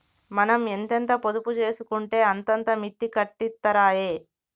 మనం ఎంతెంత పొదుపు జేసుకుంటే అంతంత మిత్తి కట్టిత్తరాయె